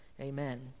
Amen